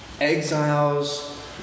Exiles